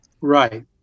Right